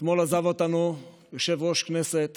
אתמול עזב אותנו יושב-ראש כנסת